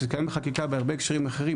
כשזה קיים בחקיקה בהרבה הקשרים אחרים,